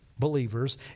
believers